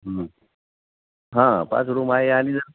हां पाच रूम आहे आणि जर